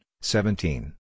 seventeen